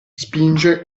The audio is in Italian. spinge